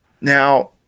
Now